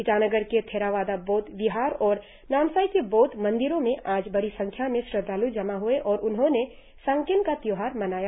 ईटानगर के थेरावादा बौद्ध विहार और नामसाई के बौद्ध मंदिरों में आज बड़ी संख्या में श्रद्वाल् जमा हुए और उन्होंने सांकेन का त्योहार मनाया